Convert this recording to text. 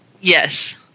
Yes